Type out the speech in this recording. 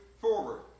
forward